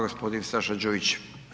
Gospodin Saša Đujić.